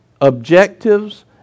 objectives